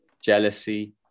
jealousy